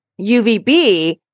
UVB